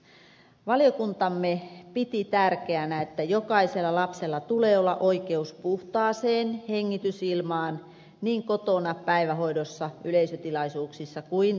valiokuntamme piti tärkeänä että jokaisella lapsella tulee olla oikeus puhtaaseen hengitysilmaan niin kotona päivähoidossa yleisötilaisuuksissa kuin yksityisautoissakin